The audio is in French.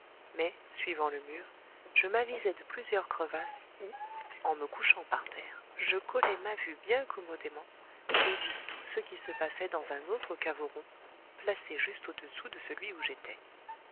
mais suivant le mur je m'avisai de plusieurs crevasses où en me couchant par terre je collai ma vue bien commodément et vis tout ce qui se passait dans un autre caveau rond placé juste au-dessous de celui où j'étais